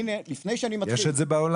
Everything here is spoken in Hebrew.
הנה, לפני שאני מתחיל --- יש את זה בעולם?